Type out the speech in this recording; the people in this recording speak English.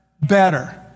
better